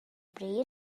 bryd